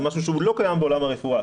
זה משהו שהוא לא קיים בעולם הרפואה,